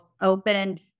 opened